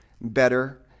better